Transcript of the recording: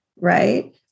right